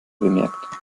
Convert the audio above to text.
bemerkt